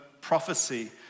prophecy